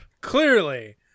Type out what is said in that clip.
Clearly